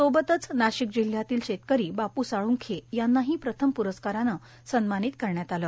सोबतच नाशिक जिल्हयातील शेतकरी बाप् साळ्खे यांनाही प्रथम प्रस्कारानं सन्मानित आलं